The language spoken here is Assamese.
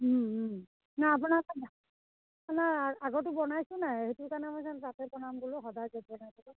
নাই আপোনাৰ তাত নাই আগতো বনাইছো নাই সেইটো কাৰণে মই ভাবিছোঁ তাতে বনাম বুলি সদায় য'ত বনাই থাকোঁ